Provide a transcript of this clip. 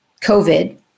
COVID